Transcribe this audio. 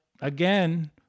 again